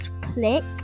Click